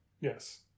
Yes